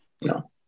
No